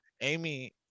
Amy